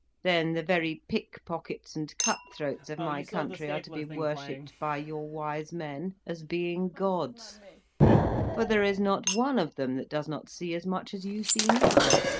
then the very pickpockets and cut-throats of my country are to be worshipped by your wise men as being gods for there is not one of them that does not see as much as you see now.